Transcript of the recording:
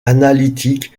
analytique